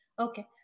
okay